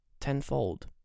tenfold